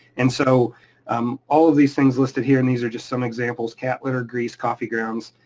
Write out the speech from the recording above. and so um all of these things listed here, and these are just some examples cat litter, grease, coffee grounds,